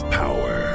power